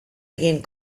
egin